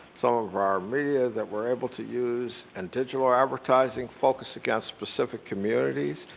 some of our media that we're able to use and digital advertising focused against specific communities,